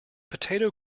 potato